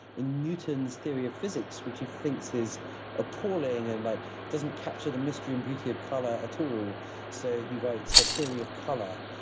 newton's theory of physics which he thinks is appalling and but doesn't capture the mystery and beauty of color at all, so he writes a theory of color,